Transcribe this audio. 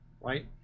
right